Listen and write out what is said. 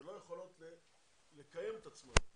שלא יכולות לקיים את עצמן.